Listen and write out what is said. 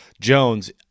Jones